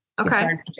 Okay